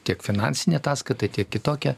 tiek finansinę ataskaitą tiek kitokią